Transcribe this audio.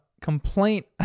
complaint